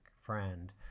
friend